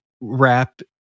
wrap